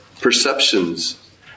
perceptions